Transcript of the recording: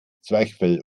zwerchfell